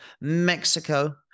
Mexico